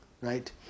right